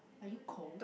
are you cold